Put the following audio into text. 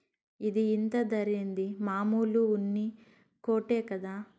ఇది ఇంత ధరేంది, మామూలు ఉన్ని కోటే కదా